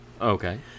Okay